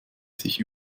sich